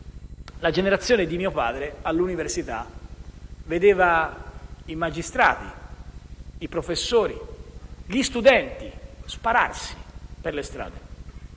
La generazione di mio padre all'università vedeva i magistrati, i professori e gli studenti spararsi per le strade: